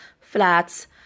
flats